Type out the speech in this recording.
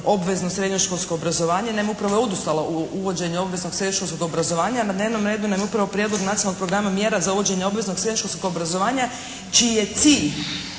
obvezno srednjoškolsko obrazovanje. Upravo je odustala u uvođenje obveznog srednjoškolskog obrazovanja. Na dnevnom redu nam je upravo Prijedlog nacionalnog programa mjera za uvođenje obveznog srednjoškolskog obrazovanja čiji je